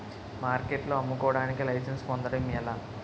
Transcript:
మార్కెట్లో అమ్ముకోడానికి లైసెన్స్ పొందడం ఎలా?